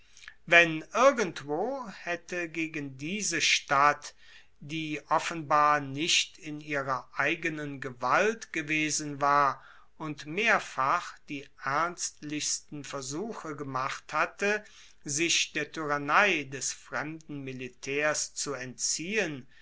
wenn irgendwo haette gegen diese stadt die offenbar nicht in ihrer eigenen gewalt gewesen war und mehrfach die ernstlichsten versuche gemacht hatte sich der tyrannei des fremden militaers zu entziehen